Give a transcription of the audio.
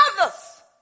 others